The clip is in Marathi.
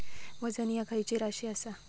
वजन ह्या खैची राशी असा?